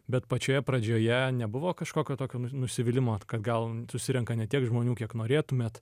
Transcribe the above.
bet pačioje pradžioje nebuvo kažkokio tokio nusivylimo kad gal susirenka ne tiek žmonių kiek norėtumėt